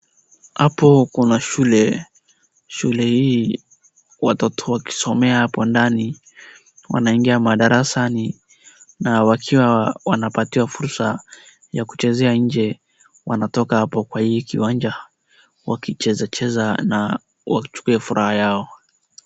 Hapo kuna shule, shule hii watoto wakisomea hapo ndani wanaingia madarasani na wakiwa wanapatiwa fursa ya kuchezea nje wanatoka hapo kwa hii kiwanja wakichezacheza na wachukue furaha yao.